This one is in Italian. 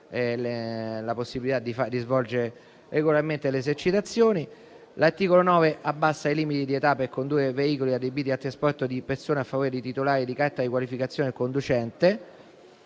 la possibilità di svolgere regolarmente le esercitazioni. L'articolo 9 abbassa i limiti di età per condurre i veicoli adibiti al trasporto di persone a favore dei titolari di carta di qualificazione del conducente.